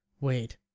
wait